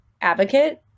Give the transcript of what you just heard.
advocate